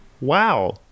Wow